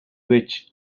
which